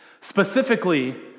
Specifically